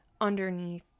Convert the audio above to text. underneath